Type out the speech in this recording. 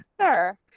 sure